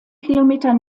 kilometer